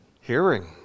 hearing